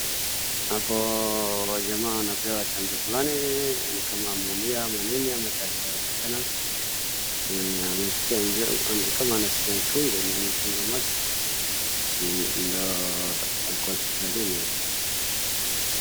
Hapo kuna jamaa anapewa chanjo fulani ni kama ameumia ama nini ama chanjo ya tetanus na ni kama anaskia uchungu na amefunga macho na ako hospitalini.